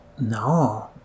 No